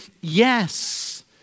yes